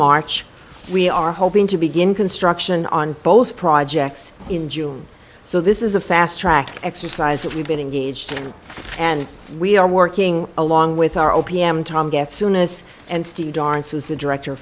march we are hoping to begin construction on both projects in june so this is a fast track exercise that we've been engaged in and we are working along with our o p m tom get soonest and steve darcis the director